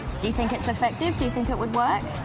do you think it's effective? do you think it would work?